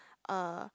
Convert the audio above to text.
uh